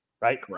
Right